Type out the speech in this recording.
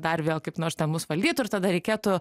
dar vėl kaip nors mus valdytų ir tada reikėtų